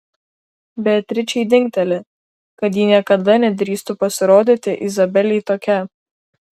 beatričei dingteli kad ji niekada nedrįstų pasirodyti izabelei tokia